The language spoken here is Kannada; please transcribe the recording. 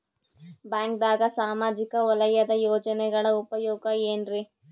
ಬ್ಯಾಂಕ್ದಾಗ ಸಾಮಾಜಿಕ ವಲಯದ ಯೋಜನೆಗಳ ಉಪಯೋಗ ಏನ್ರೀ?